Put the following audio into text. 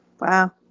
wow